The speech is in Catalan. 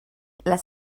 les